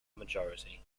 majority